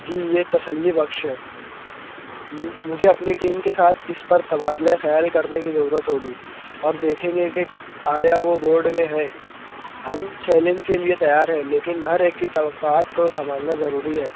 جی یہ تسلی بخش ہے مجھے اپنی ٹیم کے ساتھ اِس پر تبادلہ خیال کرنے کی ضرورت ہوگی اور دیکھیں گے کہ آیا وہ بورڈ میں ہے ہم چیلنج کے لیے تیار ہیں لیکن ہر ایک کی توقعات کو سنبھالنا ضروری ہے